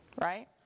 right